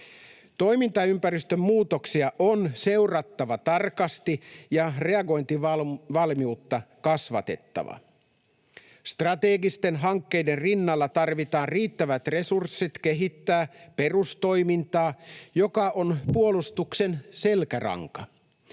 Toimintaympäristön muutoksia on seurattava tarkasti ja reagointivalmiutta kasvatettava. Strategisten hankkeiden rinnalla tarvitaan riittävät resurssit kehittää perustoimintaa, joka on puolustuksen selkäranka.